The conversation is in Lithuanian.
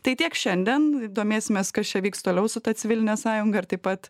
tai tiek šiandien domėsimės kas čia vyks toliau su ta civilinė sąjunga ir taip pat